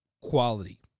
quality